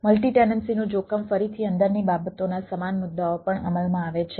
multi ટેનન્સીનું જોખમ ફરીથી અંદરની બાબતોના સમાન મુદ્દાઓ પણ અમલમાં આવે છે